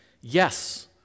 Yes